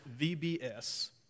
VBS